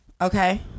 okay